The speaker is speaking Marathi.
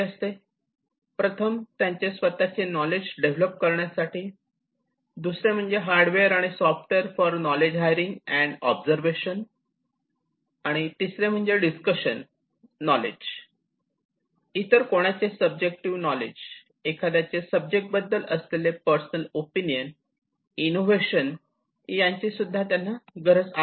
प्रथम त्यांचे स्वतःचे नॉलेज डेव्हलप करण्यासाठी दुसरे म्हणजे hardware and software knowledge for hiring and observation दुसरे म्हणजे डिस्कशन नॉलेज इतर कोणाचे सब्जेक्टिव्ह नॉलेज एखाद्याचे सब्जेक्ट बद्दल असलेले पर्सनल ओपिनियन इनोवेशन यांची सुद्धा त्यांना गरज आहे